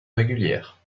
régulière